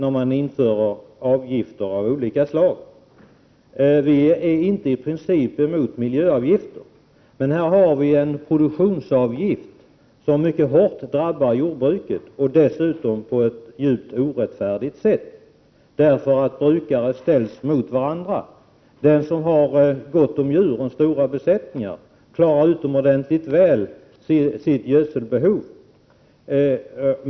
I princip är vi inte emot miljöavgifter. Men här har vi en produktionsavgift som mycket hårt och djupt orättfärdigt drabbar jordbruket. Olika brukare ställs ju emot varandra. Den som har stora djurbesättningar klarar utomordentligt väl av att täcka sitt behov av gödsel.